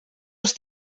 als